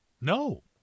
No